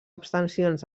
abstencions